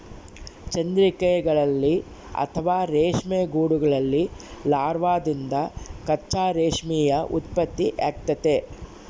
ಚಂದ್ರಿಕೆಗಳಲ್ಲಿ ಅಥವಾ ರೇಷ್ಮೆ ಗೂಡುಗಳಲ್ಲಿ ಲಾರ್ವಾದಿಂದ ಕಚ್ಚಾ ರೇಷ್ಮೆಯ ಉತ್ಪತ್ತಿಯಾಗ್ತತೆ